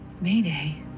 Mayday